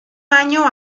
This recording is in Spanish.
año